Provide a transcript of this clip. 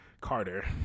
Carter